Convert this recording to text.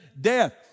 Death